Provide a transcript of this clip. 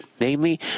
Namely